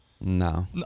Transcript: No